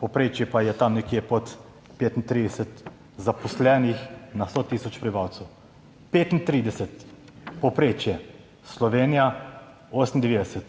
povprečje pa je tam nekje pod 35 zaposlenih na 100 tisoč prebivalcev, 35 povprečje, Slovenija 98.